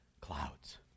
clouds